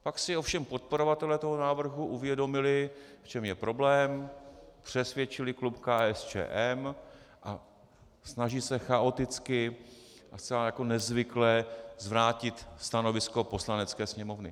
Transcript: Pak si ovšem podporovatelé toho návrhu uvědomili, v čem je problém, přesvědčili klub KSČM a snaží se chaoticky a zcela nezvykle zvrátit stanovisko Poslanecké sněmovny.